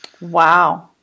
Wow